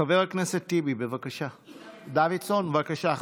חבר הכנסת דוידסון, בבקשה.